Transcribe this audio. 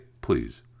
please